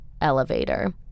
elevator